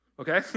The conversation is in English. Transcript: Okay